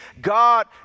God